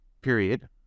period